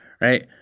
right